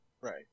Right